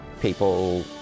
people